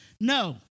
No